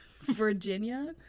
Virginia